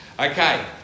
Okay